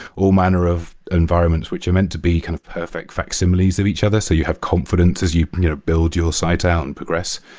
all manner of environments which are meant to be kind of perfect facsimiles of each other. so you have confidence as you build your site out and progress.